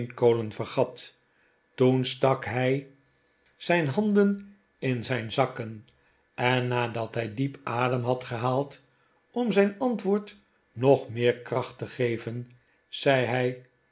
steenkolen vergat toen stak hij zijn handen in zijn zakken en nadat hij diep adem had gehaald om zijn antwoord nog meer kracht te geven zei hij